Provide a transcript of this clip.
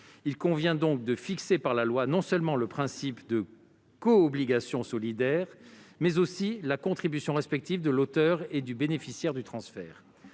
Il convient donc de fixer par la loi non seulement le principe de co-obligation solidaire, mais aussi celui de la contribution respective de l'auteur et du bénéficiaire du transfert.